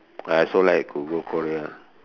I also like to go Korea